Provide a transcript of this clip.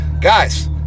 Guys